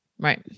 Right